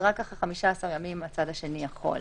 רק אחרי 15 הימים הצד השני יכול.